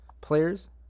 players